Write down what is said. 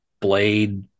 blade